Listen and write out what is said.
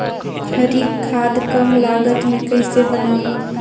हरी खाद कम लागत मे कइसे बनाबो?